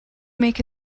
make